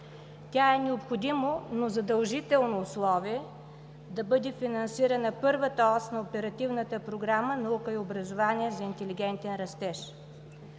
Тя е необходимо, но задължително условие да бъде финансирана първата ос на Оперативната програма „Наука и образование за интелигентен растеж“.